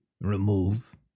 remove